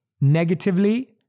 negatively